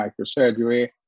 Microsurgery